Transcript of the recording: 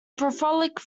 prolific